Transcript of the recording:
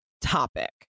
topic